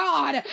God